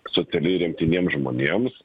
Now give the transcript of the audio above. socialiai remtiniems žmonėms